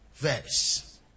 Verse